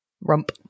Rump